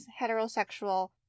heterosexual